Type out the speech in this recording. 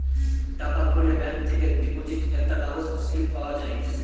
টাকা ভরলে ব্যাঙ্ক থেকে ডিপোজিট একটা কাগজ স্লিপ পাওয়া যায়